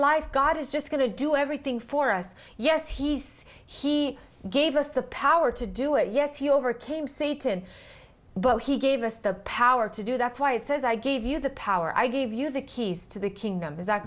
life god is just going to do everything for us yes he's he gave us the power to do it yes he overcame satan but he gave us the power to do that's why it says i give you the power i give you the keys to the kingdom is that